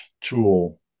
tool